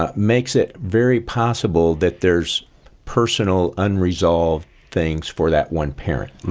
um makes it very possible that there's personal unresolved things for that one parent.